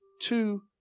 two